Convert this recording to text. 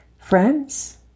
Friends